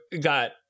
got